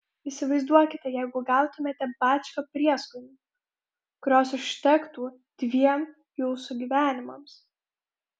įsivaizduokite jeigu gautumėte bačką prieskonių kurios užtektų dviem jūsų gyvenimams